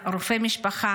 רופא משפחה,